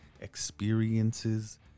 experiences